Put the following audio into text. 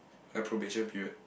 have probation period